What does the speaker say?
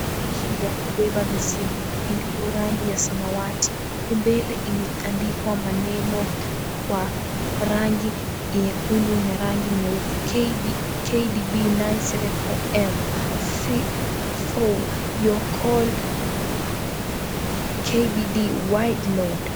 Lori hii ya kubeba mizigo, iliyo rangi ya samawati, huku mbele imeandikwa maneno kwa rangi nyekundu na rangi nyeupe, KDB 974M FAW, YOUR CALL KBD, WIDE LOAD.